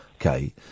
okay